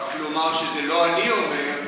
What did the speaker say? רק לומר שזה לא אני אומר.